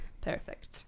Perfect